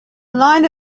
line